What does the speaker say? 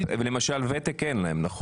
למשל ותק אין להם, נכון?